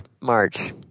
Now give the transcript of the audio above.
March